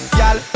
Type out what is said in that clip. y'all